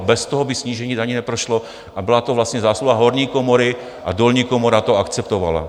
Bez toho by snížení daní neprošlo a byla to vlastně zásluha horní komory a dolní komora to akceptovala.